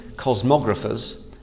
Cosmographers